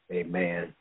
amen